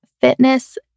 Fitness